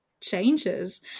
changes